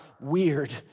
weird